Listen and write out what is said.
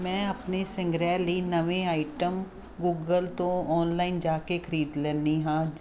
ਮੈਂ ਆਪਣੇ ਸੰਗ੍ਰਹਿ ਲਈ ਨਵੀਂ ਆਈਟਮ ਗੂਗਲ ਤੋਂ ਓਨਲਾਈਨ ਜਾ ਕੇ ਖਰੀਦ ਲੈਂਦੀ ਹਾਂ